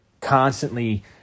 constantly